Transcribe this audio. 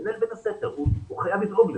מנהל בית הספר חייב לדאוג לזה.